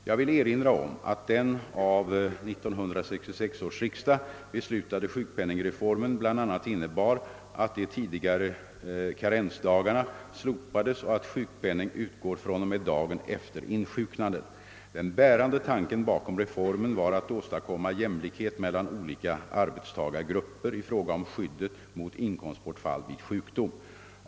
Jag vill erinra om att den av 1966 års riksdag beslutade sjukpenningreformen bl.a. innebar att de tidigare karensdagarna slopades och att sjukpenning utgår fr.o.m. dagen efter insjuknandet. Den bärande tanken bakom reformen var att åstadkomma jämlikhet mellan olika arbetstagargrupper i fråga om skyddet mot inkomstbortfall vid sjukdom.